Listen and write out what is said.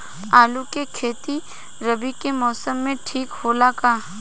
आलू के खेती रबी मौसम में ठीक होला का?